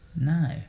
No